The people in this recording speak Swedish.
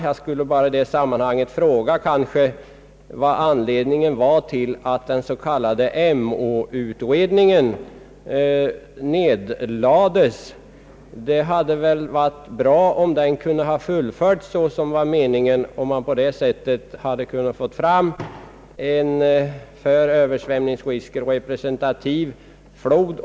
Jag skulle dock i sammanhanget vilja veta anledningen till att den s.k. Emå-utredningen nedlades. Det skulle väl ha varit bra, om den hade kunnat fullföljas såsom meningen var, så att man på det sättet hade kunnat få fram uppgifter om en i fråga om Ööversvämningsrisker representativ flod.